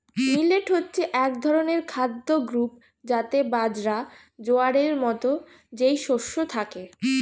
millet হচ্ছে এক ধরনের খাদ্য গ্রূপ যাতে বাজরা, জোয়ারের মতো যেই শস্য থাকে